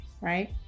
Right